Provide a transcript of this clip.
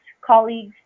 colleagues